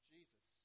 Jesus